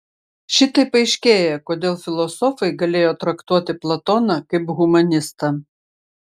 šitaip aiškėja kodėl filosofai galėjo traktuoti platoną kaip humanistą